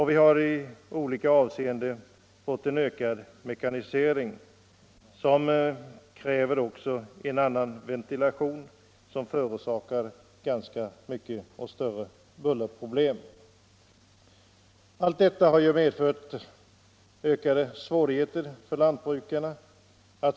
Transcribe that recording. Vi har i olika avseenden fått en ökad mekanisering, som också kräver en annan ventilation än tidigare —- vilken bl.a. skapar bullerproblem. Allt detta har medfört ökade svårigheter för lantbrukarna.